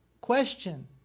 Question